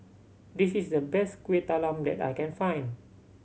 this is the best Kueh Talam that I can find